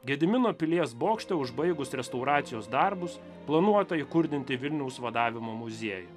gedimino pilies bokšte užbaigus restauracijos darbus planuota įkurdinti vilniaus vadavimo muziejų